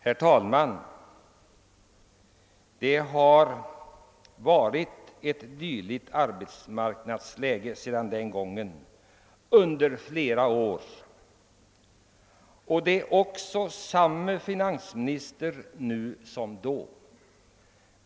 Sedan dess har vi haft ett sådant arbetsmarknadsläge vid flera tillfällen, och vi har samme finansminister nu som då.